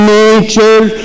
nature